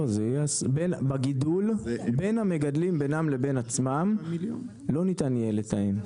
בין המגדלים בינם לבין עצמם לא ניתן יהיה לתאם.